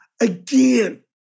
again